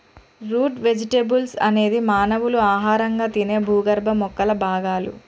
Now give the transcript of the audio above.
route vegetables అనేది మానవులు ఆహారంగా తినే భూగర్భ మొక్కల భాగాలు